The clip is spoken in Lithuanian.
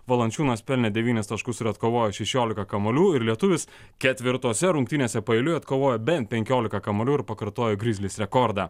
valančiūnas pelnė devynis taškus ir atkovojo šešiolika kamuolių ir lietuvis ketvirtose rungtynėse paeiliui atkovojo bent penkiolika kamuolių ir pakartojo grizzlies rekordą